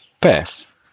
path